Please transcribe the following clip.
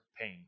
pain